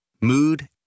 mood